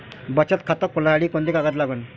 बचत खात खोलासाठी कोंते कागद लागन?